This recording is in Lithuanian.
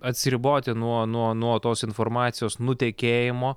atsiriboti nuo nuo nuo tos informacijos nutekėjimo